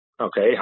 okay